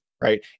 right